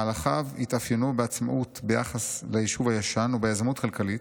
מהלכיו התאפיינו בעצמאות ביחס ליישוב הישן וביזמות כלכלית,